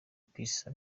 peace